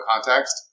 context